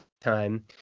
time